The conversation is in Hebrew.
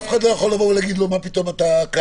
אף אחד לא יבוא ולהגיד לו: מה פתאום אתה כאן?